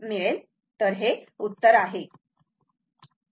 हे उत्तर आहे